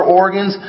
organs